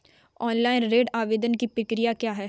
Online ऋण आवेदन की प्रक्रिया क्या है?